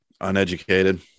Uneducated